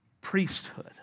priesthood